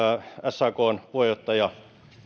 sakn puheenjohtaja